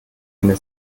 eine